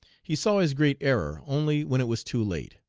he saw his great error only when it was too late.